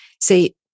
say